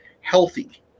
healthy